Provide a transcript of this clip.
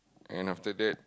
and after that